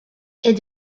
est